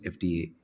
FDA